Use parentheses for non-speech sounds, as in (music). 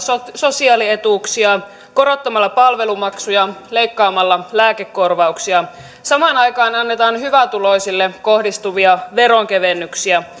sosiaalietuuksia korottamalla palvelumaksuja leikkaamalla lääkekorvauksia samaan aikaan annetaan hyvätuloisille kohdistuvia veronkevennyksiä (unintelligible)